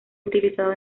utilizado